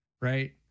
right